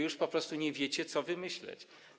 Już po prostu nie wiecie, co wymyślić.